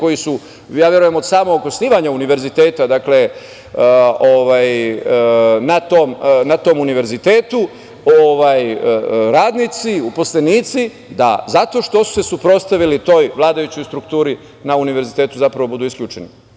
koji su ja verujem od samog osnivanja univerziteta na tom univerzitetu radnici, uposlenici, da zato što su se suprotstavili toj vladajućoj strukturi na univerzitetu zapravo budu isključeni.